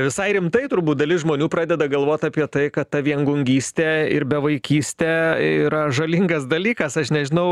visai rimtai turbūt dalis žmonių pradeda galvot apie tai kad tą viengungystė ir bevaikystė yra žalingas dalykas aš nežinau